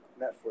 Netflix